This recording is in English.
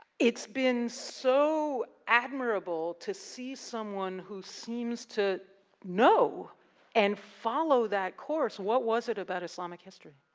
it's been so admirable to see someone who seems to know and follow that course. what was it about islamic history?